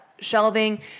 shelving